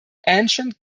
ancient